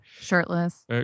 Shirtless